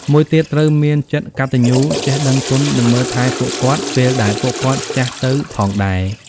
មួយទៀតត្រូវមានមានចិត្តកត្តញ្ញូចេះដឹងគុណនិងមើលថែពួកគាត់ពេលដែលគាត់ចាស់ទៅផងដែរ។